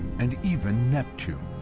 and even neptune.